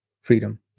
freedom